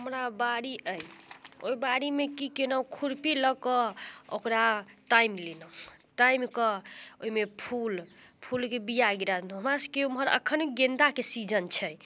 हमरा बाड़ी अइ ओहि बाड़ीमे कि केलहुँ खुरपी लऽ कऽ ओकरा तामि लेलहुँ तामिकऽ ओहिमे फूल फूलके बिआ गिरा देलहुँ हमरासबके ओम्हर एखन गेन्दाके सीजन छै